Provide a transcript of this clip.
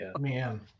man